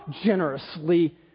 generously